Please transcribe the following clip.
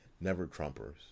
never-Trumpers